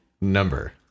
number